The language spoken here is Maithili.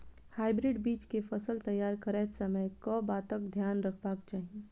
हाइब्रिड बीज केँ फसल तैयार करैत समय कऽ बातक ध्यान रखबाक चाहि?